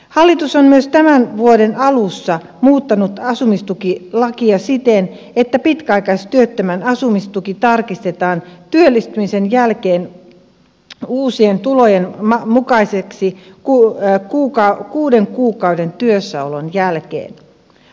hallitus on myös tämän vuoden alussa muuttanut asumistukilakia siten että pitkäaikaistyöttömän asumistuki tarkistetaan työllistymisen jälkeen uusien tulojen mukaiseksi kuuden kuukauden työssäolon jälkeen